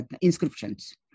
inscriptions